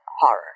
horror